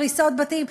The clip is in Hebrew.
הריסות בתים.